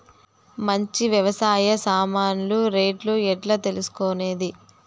మంచి వ్యవసాయ సామాన్లు రేట్లు ఎట్లా తెలుసుకునేది?